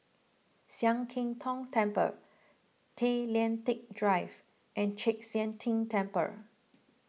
Sian Keng Tong Temple Tay Lian Teck Drive and Chek Sian Tng Temple